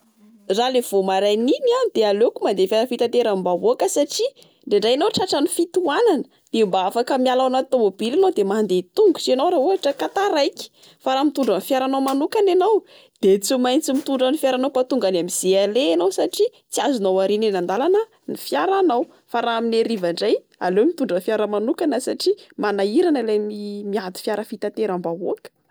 Raha ilay vao maraina iny ah, de aleoko mandeha fiara fitaterambahoaka. Satria indraindray enao tratran'ny fitohanana de mba afaka miala ao anaty tomobil enao. De mandeha tongotra enao raha ohatra ka taraiky. Fa raha mitondra ny fiaranao manokana enao de tsy maintsy mitondra ny fiaranao patonga any am'zay aleha enao. Satria tsy azonao ariana eny andalana ny fiaranao. Fa raha amin'ny hariva ndray aleo mitondra fiara manokana satria manahirana ilay m-miady fiara fitaterambahoaka.